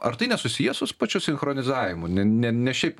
ar tai nesusiję sus pačiu sinchronizavimu ne ne ne šiaip